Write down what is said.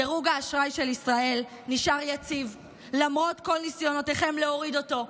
דירוג האשראי של ישראל נשאר יציב למרות כל ניסיונותיכם להוריד אותו,